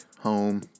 home